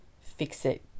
fix-it